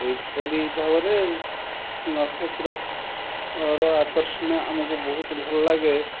ଏଇପରି ଭାବରେ ନକ୍ଷେତ୍ର ର ଆକର୍ଷଣୀୟ ଆମକୁ ବହୁତ ଭଲ ଲାଗେ